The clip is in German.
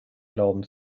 glauben